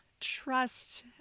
Trust